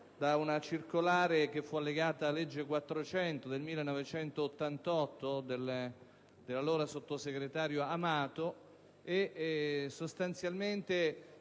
da una circolare allegata alla legge n. 400 del 1988 dell'allora sottosegretario Amato e sostanzialmente